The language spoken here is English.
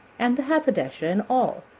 and the haberdasher, and all,